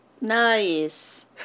Nice